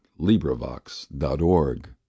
LibriVox.org